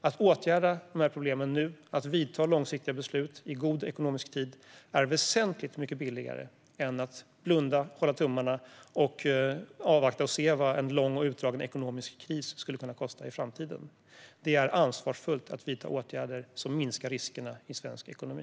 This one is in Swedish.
Att åtgärda problemen nu och fatta långsiktiga beslut i god ekonomisk tid är väsentligt billigare än att blunda, hålla tummarna och avvakta och se vad en lång och utdragen ekonomisk kris skulle kunna kosta i framtiden. Det är ansvarsfullt att vidta åtgärder som minskar riskerna i svensk ekonomi.